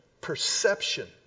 perception